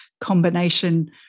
combination